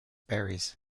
berries